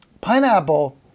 Pineapple